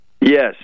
Yes